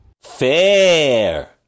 Fair